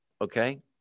Okay